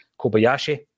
Kobayashi